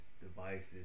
devices